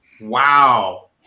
wow